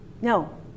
no